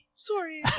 Sorry